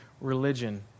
religion